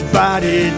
body